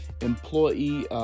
employee